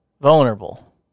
vulnerable